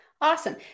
Awesome